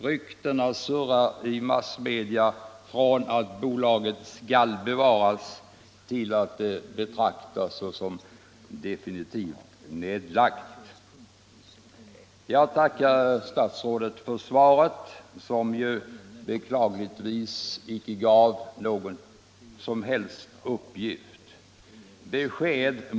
Ryktena surrar i massmedia, från att bolaget skall bevaras till att betrakta det som definitivt nedlagt. Jag tackar statsrådet för svaret, som dock beklagligtvis inte innehöll några som helst uppgifter.